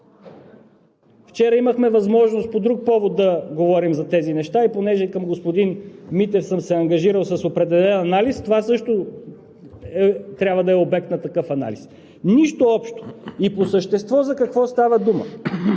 Вчера имахме възможност по друг повод да говорим за тези неща. И понеже към господин Митев съм се ангажирал с определен анализ, това също трябва да е обект на такъв анализ. Нищо общо! По същество за какво става дума?